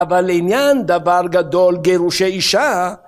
אבל לעניין דבר גדול גירושי אישה